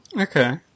Okay